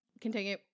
Continue